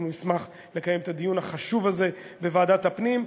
ונשמח לקיים את הדיון החשוב הזה בוועדת הפנים.